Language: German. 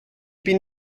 bin